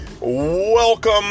Welcome